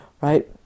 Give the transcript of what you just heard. right